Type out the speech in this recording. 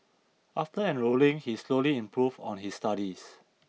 after enrolling he slowly improved on his studies